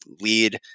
lead